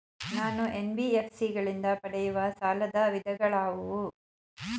ನಾನು ಎನ್.ಬಿ.ಎಫ್.ಸಿ ಗಳಿಂದ ಪಡೆಯುವ ಸಾಲದ ವಿಧಗಳಾವುವು?